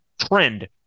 trend